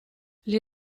gli